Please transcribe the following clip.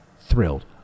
thrilled